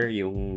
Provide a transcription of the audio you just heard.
yung